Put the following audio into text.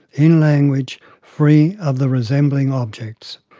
in language, free of the resembling objects.